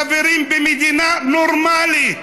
חברים, במדינה נורמלית,